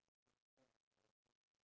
ah cannot